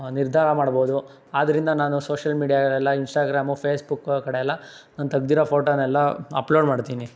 ನಿರ್ಧಾರ ಮಾಡ್ಬೋದು ಆದ್ದರಿಂದ ನಾನು ಸೋಷಲ್ ಮೀಡ್ಯಾ ಎಲ್ಲ ಇನ್ಸ್ಟಾಗ್ರಾಮು ಫೇಸ್ಬುಕ್ಕು ಆ ಕಡೆಯೆಲ್ಲ ನಾನು ತೆಗ್ದಿರೋ ಫೋಟೋನೆಲ್ಲ ಅಪ್ಲೋಡ್ ಮಾಡ್ತೀನಿ